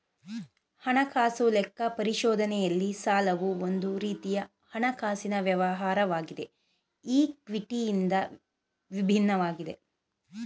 ಹಣಕಾಸು ಲೆಕ್ಕ ಪರಿಶೋಧನೆಯಲ್ಲಿ ಸಾಲವು ಒಂದು ರೀತಿಯ ಹಣಕಾಸಿನ ವ್ಯವಹಾರವಾಗಿದೆ ಈ ಕ್ವಿಟಿ ಇಂದ ವಿಭಿನ್ನವಾಗಿದೆ